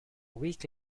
week